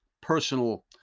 personal